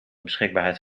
beschikbaarheid